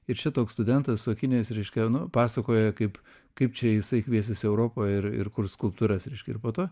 ir čia toks studentas su akiniais reiškia nu pasakoja kaip kaip čia jisai kviesis europą ir ir kurs skulptūras reiškia ir po to